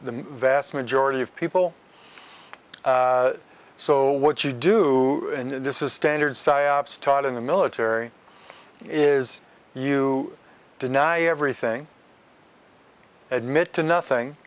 the vast majority of people so what you do and this is standard psyops taught in the military is you deny everything admit to nothing